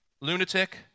lunatic